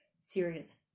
serious